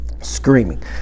screaming